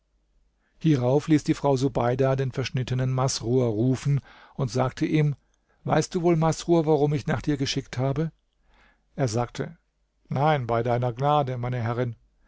hierauf ließ die frau subeida den verschnittenen masrur rufen und sagte ihm weißt du wohl masrur warum ich nach dir geschickt habe er sagte nein bei deiner gnade meine herrin